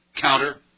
counter